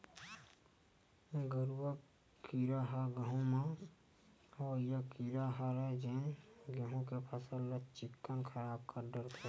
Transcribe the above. गरुआ कीरा ह गहूँ म होवइया कीरा हरय जेन गेहू के फसल ल चिक्कन खराब कर डरथे